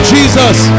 Jesus